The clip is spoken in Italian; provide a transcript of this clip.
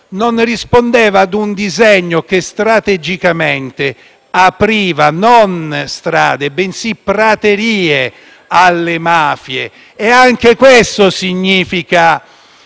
non rispondeva ad un disegno che strategicamente apriva non strade, bensì praterie alle mafie. Anche questo significa